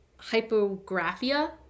hypographia